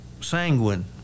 sanguine